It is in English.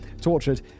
tortured